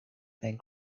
and